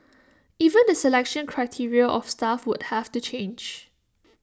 even the selection criteria of staff would have to change